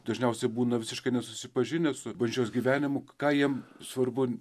dažniausiai būna visiškai nesusipažinę su bažnyčios gyvenimu ką jiem svarbu